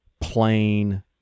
plain